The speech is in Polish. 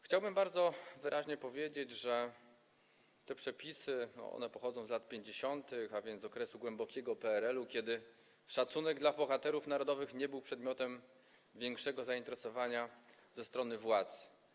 Chciałbym bardzo wyraźnie powiedzieć, że te przepisy pochodzą z lat 50., a więc z okresu głębokiego PRL-u, kiedy szacunek dla bohaterów narodowych nie był przedmiotem większego zainteresowania ze strony władz.